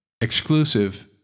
exclusive